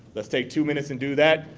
let's take two minutes and do that,